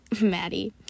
maddie